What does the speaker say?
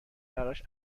براش